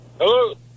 Hello